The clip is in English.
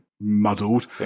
muddled